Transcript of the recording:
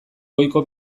goiko